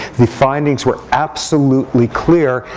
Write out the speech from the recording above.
the findings were absolutely clear.